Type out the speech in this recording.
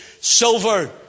silver